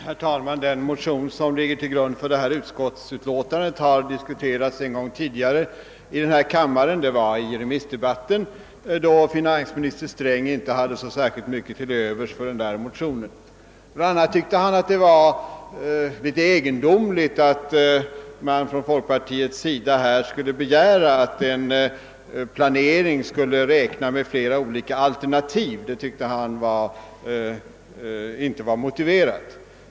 Herr talman! Den motion som ligger till grund för detta utskottsutlåtande har diskuterats en gång tidigare i denna kammare. Det skedde under remissdebatten, då finansminister Sträng inte hade mycket till övers för motionen. Bl. a. tyckte han att det var litet egendomligt att representanter för folkpartiet skulle begära att en planering skulle räkna med flera olika alternativ. Han tyckte inte att detta var motiverat.